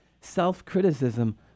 self-criticism